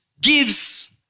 gives